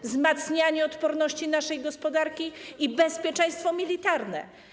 wzmacnianie odporności naszej gospodarki i bezpieczeństwo militarne.